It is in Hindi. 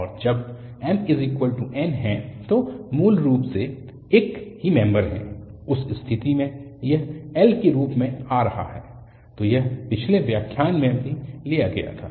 और जब mn है तो मूल रूप से वे एक ही मेम्बर हैं उस स्थिति में यह l के रूप में आ रहा है तो यह पिछले व्याख्यान में भी लिया गया था